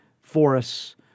forests